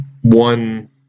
one